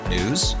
News